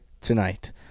tonight